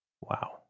Wow